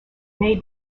may